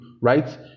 right